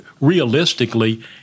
realistically